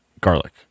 garlic